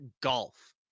golf